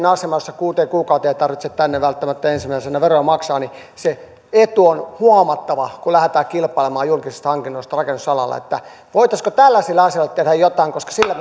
aseman jossa kuuteen kuukauteen ei tarvitse tänne välttämättä ensimmäisenä veroja maksaa se etu on huomattava kun lähdetään kilpailemaan julkisista hankinnoista rakennusalalla voitaisiinko tällaisille asioille tehdä jotain koska sillä